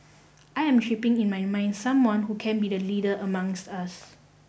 I am shaping in my mind someone who can be the leader amongst us